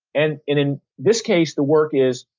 and in in this case, the work is,